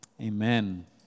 Amen